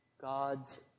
God's